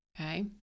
okay